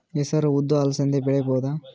ಹೆಸರು ಉದ್ದು ಅಲಸಂದೆ ಬೆಳೆಯಬಹುದಾ?